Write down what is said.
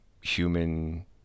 human